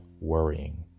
worrying